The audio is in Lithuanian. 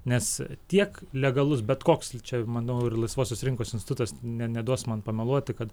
nes tiek legalus bet koks čia manau ir laisvosios rinkos institutas ne neduos man pameluoti kad